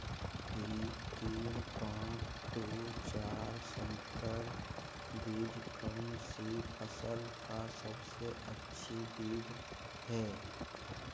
P तीन पांच दू चार संकर बीज कौन सी फसल का सबसे अच्छी बीज है?